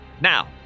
Now